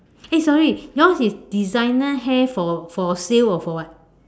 eh sorry yours is designer hair for for sale or for what